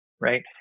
right